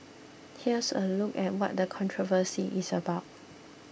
here's a look at what the controversy is about